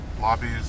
lobbies